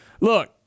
look